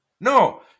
No